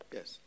Yes